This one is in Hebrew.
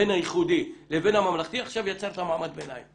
בין היחודי לבין הממלכתי עכשיו יצרת מעמד ביניים.